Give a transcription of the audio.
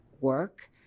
work